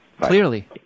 Clearly